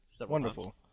Wonderful